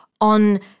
on